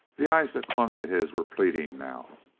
the eyes that clung to his were pleading now.